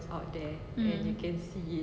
mm